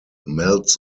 melts